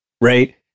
right